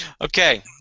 Okay